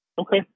Okay